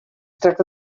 tracta